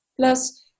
Plus